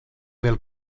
del